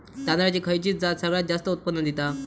तांदळाची खयची जात सगळयात जास्त उत्पन्न दिता?